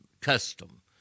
custom